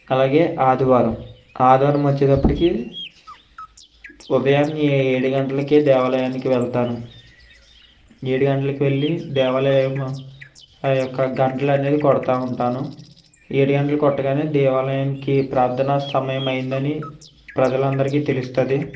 అలాగే ఆదివారం ఆదివారం వచ్చేటప్పటికి ఉదయాన్నే ఏడు గంటలకే దేవాలయానికి వెళ్తాను ఏడు గంటలకి వెళ్ళి దేవాలయం ఆ యొక్క గంటలనేది కొడతా ఉంటాను ఏడు గంటలకు కొట్టగానే దేవాలయానికి ప్రార్ధన సమయం అయిందని ప్రజలందరికి తెలుస్తుంది